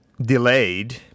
delayed